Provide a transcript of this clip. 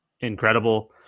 incredible